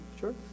Sure